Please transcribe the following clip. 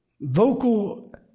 vocal